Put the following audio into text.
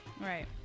Right